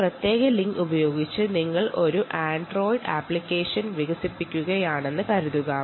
ഈ പ്രത്യേക ലിങ്ക് ഉപയോഗിച്ച് നിങ്ങൾ ഒരു ആൻഡ്രോയ്ഡ് അപ്ലിക്കേഷൻ വികസിപ്പിക്കുകയാണെന്ന് കരുതുക